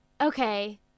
okay